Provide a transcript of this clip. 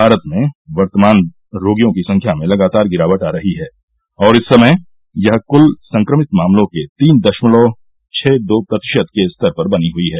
भारत में वर्तमान रोगियों की संख्या में लगातार गिरावट आ रही है और इस समय यह कुल संक्रमित मामलों के तीन दशमलव छह दो प्रतिशत के स्तर पर बनी हुई है